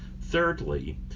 Thirdly